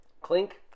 Clink